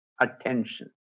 Attention